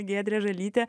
giedrė žalytė